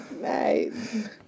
Nice